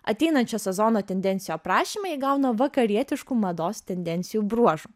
ateinančio sezono tendencijų aprašymai įgauna vakarietiškų mados tendencijų bruožų